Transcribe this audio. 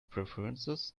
preferences